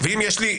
ואם יש לי,